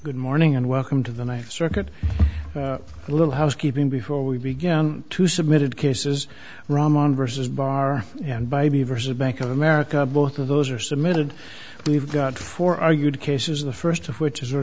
good morning and welcome to the ninth circuit a little housekeeping before we began to submitted cases ramn vs bar and by b versus a bank of america both of those are submitted we've got four argued cases the first of which is